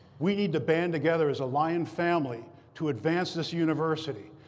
we need to band together as a lion family to advance this university.